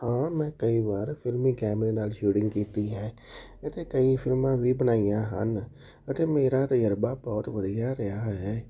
ਹਾਂ ਮੈਂ ਕਈ ਵਾਰ ਫਿਲਮੀ ਕੈਮਰੇ ਨਾਲ ਸ਼ੂਟਿੰਗ ਕੀਤੀ ਹੈ ਅਤੇ ਕਈ ਫਿਲਮਾਂ ਵੀ ਬਣਾਈਆਂ ਹਨ ਅਤੇ ਮੇਰਾ ਤਜਰਬਾ ਬਹੁਤ ਵਧੀਆ ਰਿਹਾ ਹੈ